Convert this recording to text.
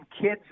kids